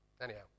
Anyhow